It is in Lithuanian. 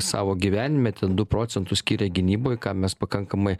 savo gyvenime ten du procentus skyrę gynybai ką mes pakankamai